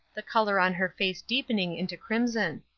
the color on her face deepening into crimson.